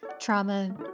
trauma